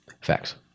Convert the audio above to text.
Facts